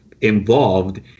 involved